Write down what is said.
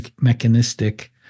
mechanistic